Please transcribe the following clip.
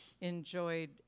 Enjoyed